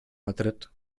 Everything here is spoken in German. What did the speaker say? madrid